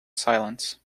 silence